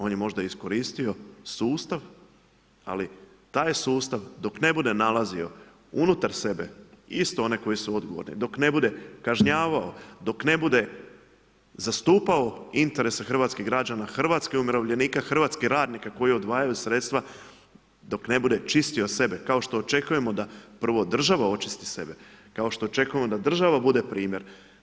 On je možda iskoristio sustav, ali taj je sustav, dok ne bude nalazio unutar sebe, isto one koje su odgovorne, dok ne bude kažnjavao, dok ne bude zastupljeno interese hrvatskih građana, hrvatskih umirovljenika, hrvatskih ratnika koje odvajaju sredstva, dok ne bude čistio sebe, kao što očekujemo da država očisti sebe, kao što očekujemo da država bude primjer.